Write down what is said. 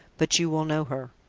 but you will know her.